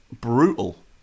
brutal